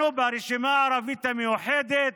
אנחנו, ברשימה הערבית המאוחדת,